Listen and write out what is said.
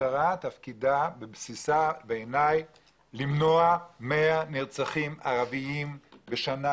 בעיניי תפקיד המשטרה למנוע 100 נרצחים ערבים בשנה